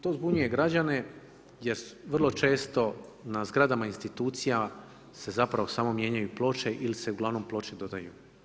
To zbunjuje građane jer vrlo često na zgradama institucija se zapravo se mijenjaju ploče ili se uglavnom ploče dodaju.